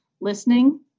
listening